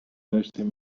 داشتیم